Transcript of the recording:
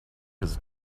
his